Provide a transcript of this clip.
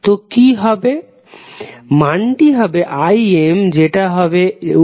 তো কি হবে মানটি হবে Im যেটা হবে x2y2